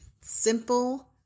simple